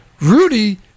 Rudy